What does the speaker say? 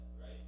right